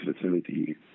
facility